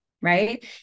right